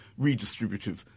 redistributive